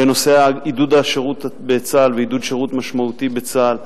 בנושא עידוד השירות בצה"ל ועידוד שירות משמעותי בצה"ל,